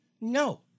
No